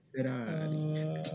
Ferrari